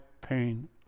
pain